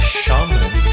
shaman